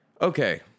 okay